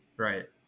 Right